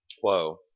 Whoa